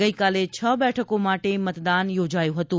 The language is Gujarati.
ગઈકાલે છ બેઠકો માટે મતદાન યોજાયું હતું